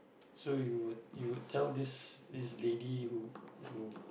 so you would you would tell this this lady who who